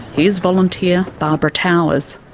here's volunteer barbara towers.